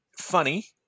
funny